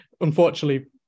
unfortunately